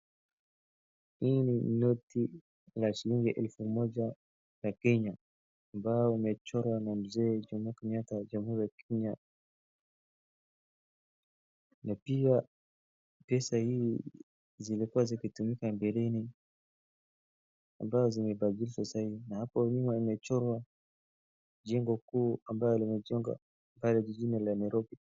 Hii ni noti ya shillingi elfu moja ya kenya ambayo imechorwa na mzee jomo Kenyatta wa jamhuri ya kenya na pia pesa hii zilikua zikitumika mbeleni ambazo zimebadilishwa sai na hapo nyuma imechorwa jengo kuu ambayo imechengwa jijini la Nairobi.